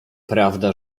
prawda